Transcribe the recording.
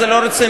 זה לא רציני,